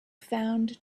found